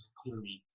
clearly